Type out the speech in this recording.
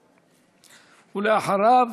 ואחריו,